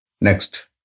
Next